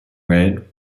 red